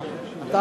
למקרה שהוא יתנגד.